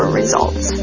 results